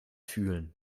fühlen